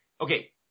okay